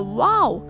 wow